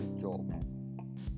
job